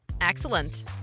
Excellent